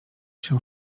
się